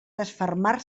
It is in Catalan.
desfermar